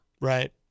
Right